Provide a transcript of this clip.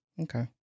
Okay